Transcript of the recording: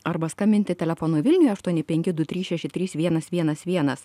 arba skambinti telefonu vilniuj aštuoni penki du trys šeši trys vienas vienas vienas